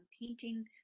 painting